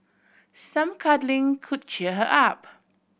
some cuddling could cheer her up